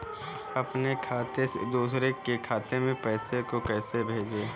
अपने खाते से दूसरे के खाते में पैसे को कैसे भेजे?